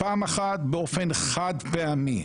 פעם אחת באופן חד פעמי,